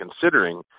considering